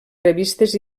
revistes